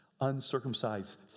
uncircumcised